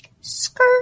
Skirt